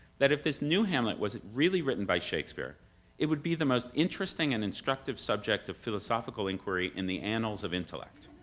that if this new hamlet was really written by shakespeare it would be the most interesting and instructive subject of philosophical inquiry in the annals of intellect.